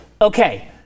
okay